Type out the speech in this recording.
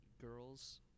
girls